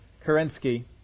Kerensky